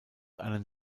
einen